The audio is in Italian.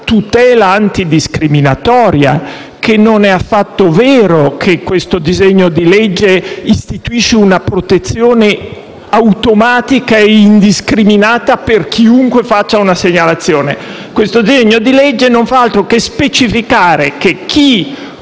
tutela antidiscriminatoria come non sia affatto vero che il presente disegno di legge istituisca una protezione automatica e indiscriminata per chiunque faccia una segnalazione. Il disegno di legge in discussione non fa altro che specificare che chi